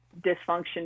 dysfunction